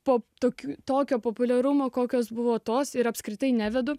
po tokių tokio populiarumo kokios buvo tos ir apskritai nevedu